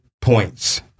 points